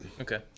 Okay